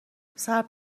صبر